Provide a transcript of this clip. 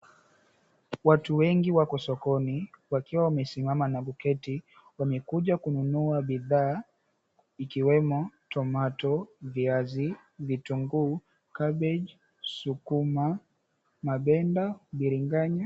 Watu wengi wako sokoni, wakiwa wamesimama na kuketi. Wamekuja kununua bidhaa ikiwemo, tomato , vitunguu, kabeji, sukuma, mabenda, biringanya...